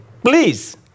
please